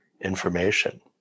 information